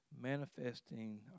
manifesting